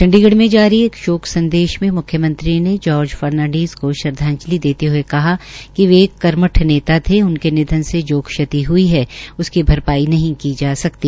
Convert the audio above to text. चंडीगढ़ में जारी एक शोक संदेश में मुख्यमंत्री ने जॉर्ज फर्नींडीज़ को श्रद्धांजलि देते हए कहा कि वे एक कर्मठ नेता थे और उनके निधन से जो क्षति हई है उसकी भरपाई नहीं की जा सकती